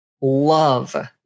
love